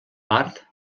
part